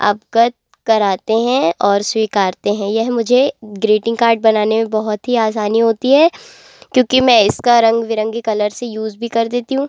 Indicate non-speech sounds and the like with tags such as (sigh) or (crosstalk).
आप (unintelligible) कराते हैं और स्वीकारते हैं यह मुझे ग्रीटिंग कार्ड बनाने में बहुत ही आसानी होती है क्योंकि मैं इसका रंग बिरंगी कलर से यूज़ भी कर देती हूँ